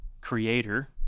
creator